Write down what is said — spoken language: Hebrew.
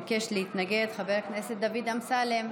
ביקש להתנגד חבר הכנסת דוד אמסלם.